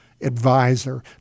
advisor